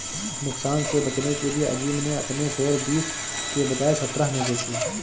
नुकसान से बचने के लिए अज़ीम ने अपने शेयर बीस के बजाए सत्रह में बेचे